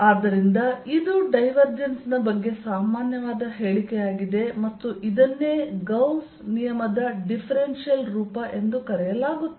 ಆದ್ದರಿಂದ ಇದು ಡೈವರ್ಜೆನ್ಸ್ ನ ಬಗ್ಗೆ ಸಾಮಾನ್ಯವಾದ ಹೇಳಿಕೆಯಾಗಿದೆ ಮತ್ತು ಇದನ್ನು ಗಾಸ್ ನಿಯಮದ ಡಿಫ್ರೆನ್ಸಿಯಲ್ ರೂಪ ಎಂದು ಕರೆಯಲಾಗುತ್ತದೆ